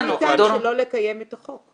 לא ניתן שלא לקיים את החוק.